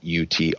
UT